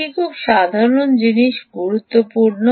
এটি খুব সাধারণ জিনিস গুরুত্বপূর্ণ